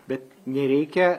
bet nereikia